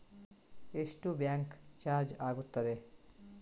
ಎಷ್ಟು bank charge ಆಗುತ್ತದೆ?